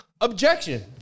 Objection